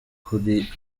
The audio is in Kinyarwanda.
kuri